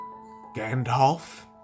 Gandalf